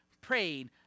prayed